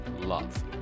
love